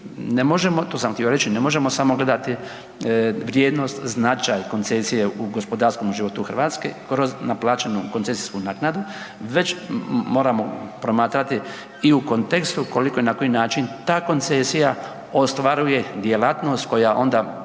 to sam htio reći, ne možemo samo gledati vrijednost, značaj koncesije u gospodarskom životu Hrvatske kroz naplaćenu koncesijsku naknadu već moramo promatrati i u kontekstu koliko i na koji način ta koncesija ostvaruje djelatnost koja onda